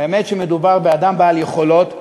שבאמת מדובר באדם בעל יכולות מוכחות,